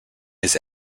his